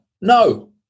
No